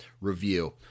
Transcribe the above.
review